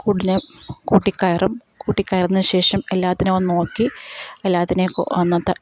കൂടിന് കൂട്ടില്ക്കയറും കൂട്ടില്ക്കയറുന്നശേഷം എല്ലാത്തിനെയുമൊന്ന് നോക്കി എല്ലാത്തിനെയും അന്നത്തെ